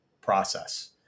process